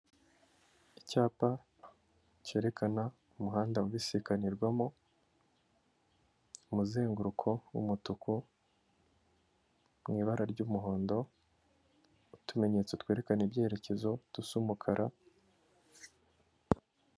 Icyapa cyerekana umuhanda ubisikanirwamo, umuzenguruko w'umutuku mu ibara ry'umuhondo, utumenyetso twerekana ibyerekezo dusa umukara.